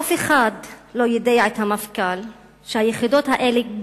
אף אחד לא יידע את המפכ"ל שהיחידות האלה,